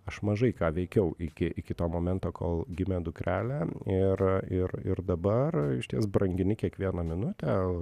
aš mažai ką veikiau iki iki to momento kol gimė dukrelė ir ir ir dabar išties brangini kiekvieną minutę